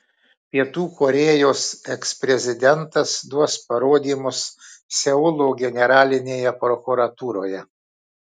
pietų korėjos eksprezidentas duos parodymus seulo generalinėje prokuratūroje